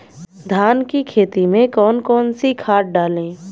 धान की खेती में कौन कौन सी खाद डालें?